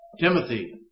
Timothy